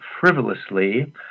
frivolously